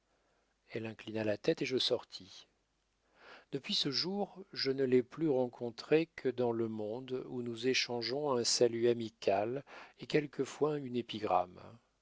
elle inclina la tête et je sortis depuis ce jour je ne l'ai plus rencontrée que dans le monde où nous échangeons un salut amical et quelquefois une épigramme